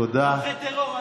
תומכי טרור עלובים.